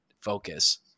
focus